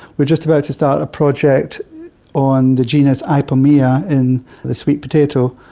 we're just about to start a project on the genus ipomoea, in the sweet potato.